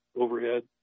overhead